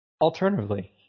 Alternatively